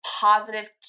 positive